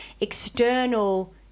external